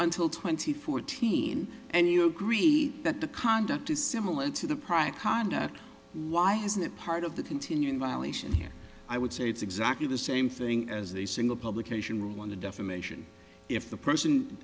until twenty fourteen and you agree that the conduct is similar to the prior conduct why has that part of the continuing violation here i would say it's exactly the same thing as a single publication rule on the defamation if the person